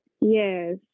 Yes